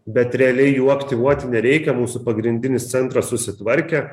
bet realiai jų aktyvuoti nereikia mūsų pagrindinis centras susitvarkė